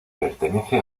pertenece